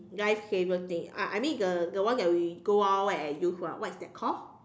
life saver thing uh I mean the the one that we go wild wild wet and use [one] what is that called